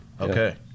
Okay